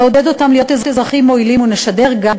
נעודד אותם להיות אזרחים מועילים ונשדר גם